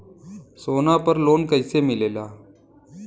सोना पर loan कइसे मिलेला?